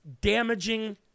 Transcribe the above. damaging